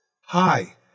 Hi